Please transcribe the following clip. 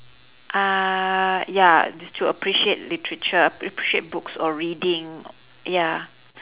uh ya it's to appreciate literature appreciate books or reading ya